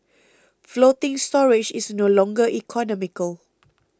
floating storage is no longer economical